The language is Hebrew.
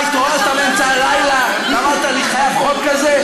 מה, התעוררת באמצע הלילה ואמרת: אני חייב חוק כזה?